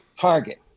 Target